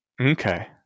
Okay